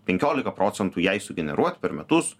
penkiolika procentų jai sugeneruot per metus